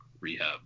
rehab